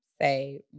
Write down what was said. Say